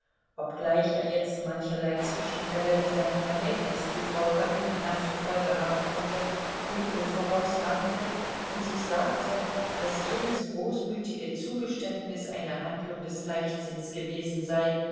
obgleich er jetzt mancherlei zwischenfälle die sein verhältnis zu frau karenina zur folge haben konnte dunkel vorausahnte und sich sagte daß jenes großmütige zugeständnis eine handlung des leichtsinns gewesen sei